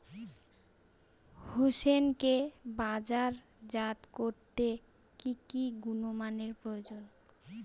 হোসেনকে বাজারজাত করতে কি কি গুণমানের প্রয়োজন?